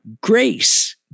grace